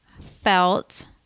felt